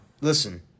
listen